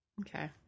Okay